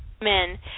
Men